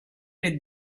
les